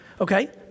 okay